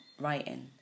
writing